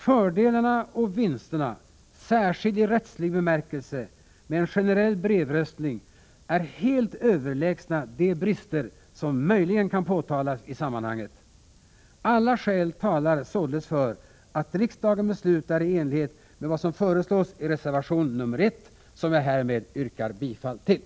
Fördelarna och vinsterna, särskilt i rättslig bemärkelse, med en generell brevröstning är helt överlägsna de brister som möjligen kan påtalas i sammanhanget. Alla skäl talar således för att riksdagen beslutar i enlighet med vad som föreslås i reservation nr 1, som jag härmed yrkar bifall till.